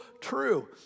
true